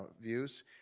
views